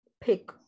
pick